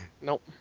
Nope